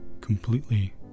completely